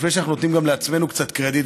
לפני שאנחנו נותנים גם לעצמנו קצת קרדיט,